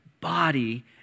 body